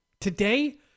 Today